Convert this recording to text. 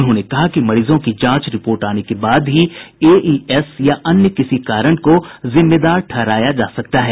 उन्होंने कहा कि मरीजों की जांच रिपोर्ट आने के बाद ही एईएस या अन्य किसी कारण को जिम्मेदार ठहराया जा सकता है